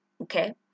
Okay